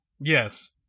Yes